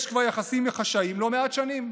יש יחסים חשאיים כבר לא מעט שנים.